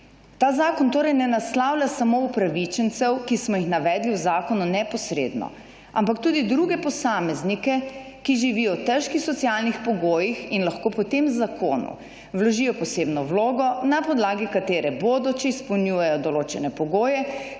Ta zakon torej ne naslavlja samo upravičencev, ki smo jih navedli v zakonu neposredno, ampak tudi druge posameznike, ki živijo v težkih socialnih pogojih in lahko po tem zakonu vložijo posebno vlogo, na podlagi katere bodo, če izpolnjujejo določene pogoje,